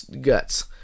guts